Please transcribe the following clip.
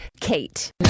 Kate